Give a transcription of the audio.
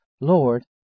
Lord